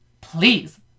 Please